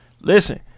Listen